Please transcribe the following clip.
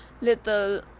little